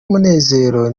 umunezero